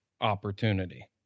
opportunity